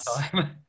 time